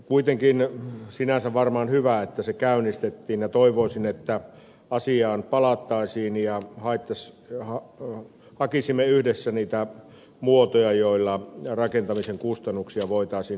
kuitenkin sinänsä varmaan hyvä että talkoot käynnistettiin ja toivoisin että asiaan palattaisiin ja hakisimme yhdessä niitä muotoja joilla rakentamisen kustannuksia voitaisiin alentaa